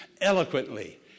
eloquently